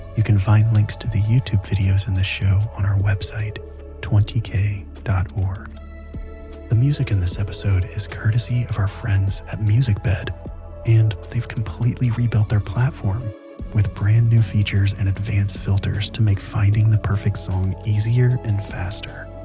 you can find links to the youtube videos in this show on our website twenty kay dot org the music in this episode is courtesy of our friends at musicbed. and they've completely rebuilt their platform with brand-new features and advanced filters to make finding the perfect song easier and faster.